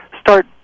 start